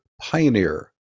pioneer